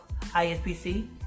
ISPC